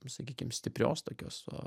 sakykim stiprios tokios